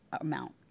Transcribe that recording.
amount